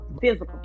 Physical